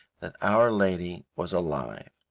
that our lady was alive.